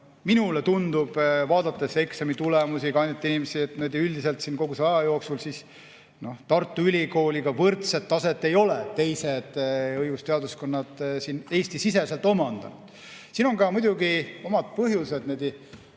Minule tundub, vaadates eksamitulemusi, ka ainult inimesi, üldiselt kogu selle aja jooksul, siis Tartu Ülikooliga võrdset taset ei ole teised õigusteaduskonnad Eesti-siseselt omandanud. Siin on muidugi ka omad põhjused.